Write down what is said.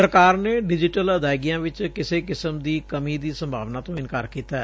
ਸਰਕਾਰ ਨੇ ਡਿਜੀਟਲ ਅਦਾਇਗੀਆਂ ਵਿਚ ਕਿਸੇ ਕਿਸਮ ਦੀ ਕਮੀ ਦੀ ਸੰਭਾਵਨਾ ਤੋਂ ਇਨਕਾਰ ਕੀਤੈ